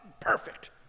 perfect